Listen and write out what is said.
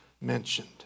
mentioned